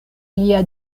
lia